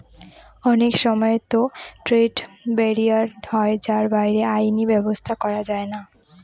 অনেক সময়তো trade barrier হয় যার বাইরে আইনি ব্যাবস্থা করা যায়না